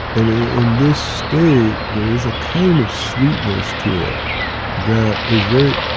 and in this state, there is a kind of sweetness to it that is very,